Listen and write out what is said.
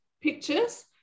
pictures